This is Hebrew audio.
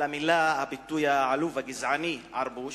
על הביטוי העלוב והגזעני "ערבוש",